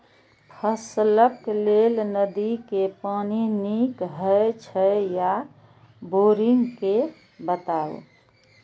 फसलक लेल नदी के पानी नीक हे छै या बोरिंग के बताऊ?